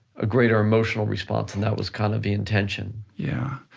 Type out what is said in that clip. a greater emotional response, and that was kind of the intention. yeah.